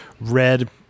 red